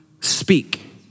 speak